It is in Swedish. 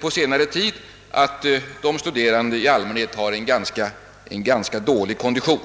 på senare tid har det också visat sig att de studerande i allmänhet har rätt dålig kondition.